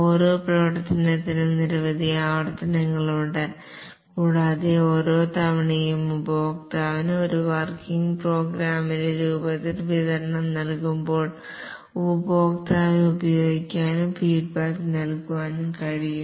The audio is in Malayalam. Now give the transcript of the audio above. ഓരോ പ്രവർത്തനത്തിനും നിരവധി ആവർത്തനങ്ങളുണ്ട് കൂടാതെ ഓരോ തവണയും ഉപഭോക്താവിന് ഒരു വർക്കിംഗ് പ്രോഗ്രാമിന്റെ രൂപത്തിൽ വിതരണം നൽകുമ്പോൾ ഉപഭോക്താവിന് ഉപയോഗിക്കാനും ഫീഡ്ബാക്ക് നൽകാനും കഴിയും